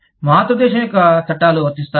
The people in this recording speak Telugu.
మాతృ దేశం యొక్క చట్టాలు వర్తిస్తాయా